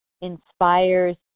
inspires